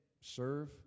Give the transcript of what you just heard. serve